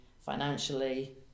financially